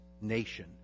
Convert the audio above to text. nation